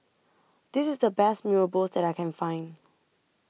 This IS The Best Mee Rebus that I Can Find